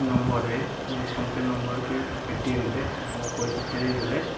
ନମ୍ବର୍ରେ ମୋ PhonePe number କି ପେଟିଏମ୍ରେ ମୋ ପଇସା ଫେରେଇ ଦେଲେ